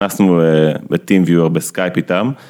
נכנסנו לteam viewer בסקייפ איתם.